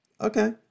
okay